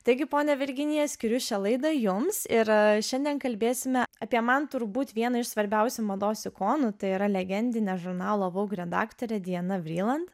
taigi ponia virginija skiriu šią laidą jums ir šiandien kalbėsime apie man turbūt viena iš svarbiausių mados ikonų tai yra legendinė žurnalo vogue redaktorė diana vriland